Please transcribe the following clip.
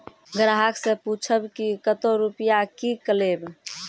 ग्राहक से पूछब की कतो रुपिया किकलेब?